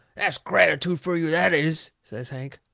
that's gratitood fur you, that is! says hank.